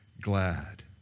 glad